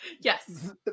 Yes